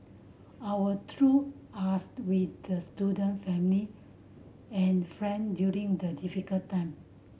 our through asked with the student family and friend during the difficult time